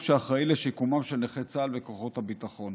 שאחראי לשיקומם של נכי צה"ל וכוחות הביטחון.